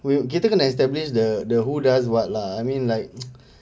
we kita kena establish the the who does what lah I mean like